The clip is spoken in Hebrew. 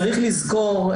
צריך לזכור,